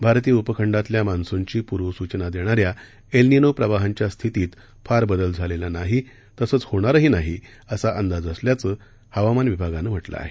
भारतीय उपखंडातल्या मान्सूनची पूर्वसूचना देणाऱ्या एल निनो प्रवाहांच्या स्थितीत फार बदल झालेला नाही तसंच होणारही नाही असा अंदाज असल्याचं हवामानविभागानं म्हटलं आहे